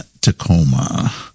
Tacoma